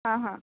आं हां